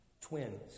twins